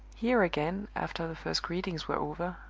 here again, after the first greetings were over,